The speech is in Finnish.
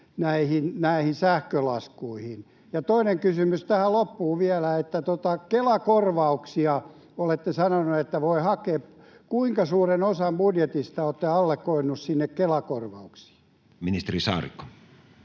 näihin sähkölaskuihin? Toinen kysymys tähän loppuun vielä: Olette sanonut, että Kela-korvauksia voi hakea. Kuinka suuren osan budjetista olette allokoinut sinne Kela-korvauksiin? [Speech 24]